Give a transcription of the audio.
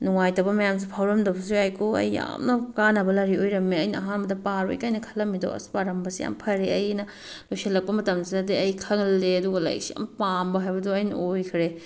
ꯅꯨꯡꯉꯥꯏꯇꯕ ꯃꯌꯥꯝꯁꯦ ꯐꯥꯎꯔꯝꯗꯕꯁꯨ ꯌꯥꯏꯀꯣ ꯑꯩ ꯌꯥꯝꯅ ꯀꯥꯟꯅꯕ ꯂꯥꯏꯔꯤꯛ ꯑꯣꯏꯔꯝꯃꯦ ꯑꯩꯅ ꯑꯍꯥꯟꯕꯗ ꯄꯥꯔꯣꯏ ꯀꯥꯏꯅ ꯈꯜꯂꯝꯃꯤꯗꯣ ꯑꯁ ꯄꯥꯔꯝꯕꯁꯦ ꯌꯥꯝ ꯐꯥꯔꯦ ꯑꯩꯅ ꯂꯣꯏꯁꯤꯜꯂꯛꯄ ꯃꯇꯝꯁꯤꯗꯗꯤ ꯑꯩ ꯈꯜꯂꯦ ꯑꯗꯨꯒ ꯂꯥꯏꯔꯤꯛꯁꯦ ꯌꯥꯝ ꯄꯥꯝꯕ ꯍꯥꯏꯕꯗꯨ ꯑꯩꯅ ꯑꯣꯏꯈ꯭ꯔꯦ